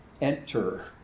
Enter